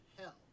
Hell